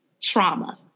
trauma